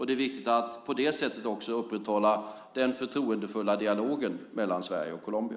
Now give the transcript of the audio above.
Det är viktigt att också på det sättet upprätthålla den förtroendefulla dialogen mellan Sverige och Colombia.